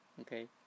Okay